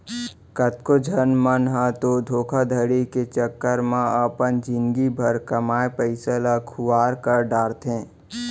कतको झन मन ह तो धोखाघड़ी के चक्कर म अपन जिनगी भर कमाए पइसा ल खुवार कर डारथे